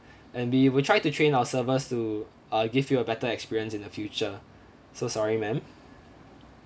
and we will try to train our servers to uh give you a better experience in the future so sorry ma'am